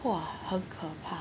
!wah! 很可怕